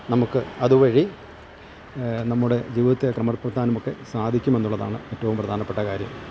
നമുക്ക് അതുവഴി നമ്മുടെ ജീവിതത്തെ ക്രമപ്പെടുത്താനും ഒക്കെ സാധിക്കുമെന്നുള്ളതാണ് ഏറ്റവും പ്രധാനപ്പെട്ട കാര്യം